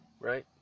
right